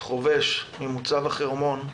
חובש ממוצב החרמון,